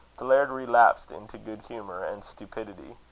the laird relapsed into good humour and stupidity.